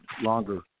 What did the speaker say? longer